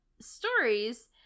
stories